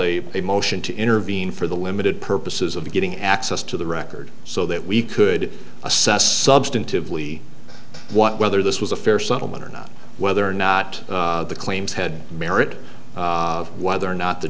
a motion to intervene for the limited purposes of getting access to the records so that we could assess substantively what whether this was a fair settlement or not whether or not the claims had merit whether or not the